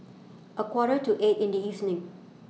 A Quarter to eight in The evening